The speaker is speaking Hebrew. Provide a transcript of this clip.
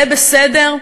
זה בסדר?